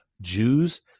Jews